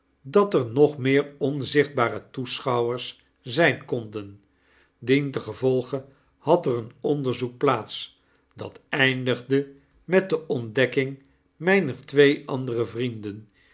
dat er nog raeer onzichtbare toeschouwers zyn konden dientengevolge had er een onderzoek plaats dat eindigde met de ontdekking myner twee andere vrienden